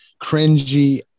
cringy